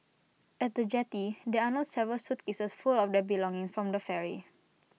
at the jetty they unload several suitcases full of their belongings from the ferry